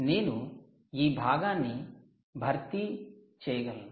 నేను ఈ భాగాన్ని భర్తీ చేయగలను